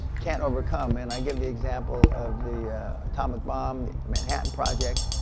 can't overcome. and i give the example of the atomic bomb, manhattan project,